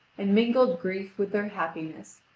and mingled grief with their happiness,